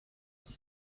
qui